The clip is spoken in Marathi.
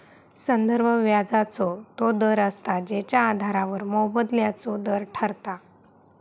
संदर्भ व्याजाचो तो दर असता जेच्या आधारावर मोबदल्याचो दर ठरता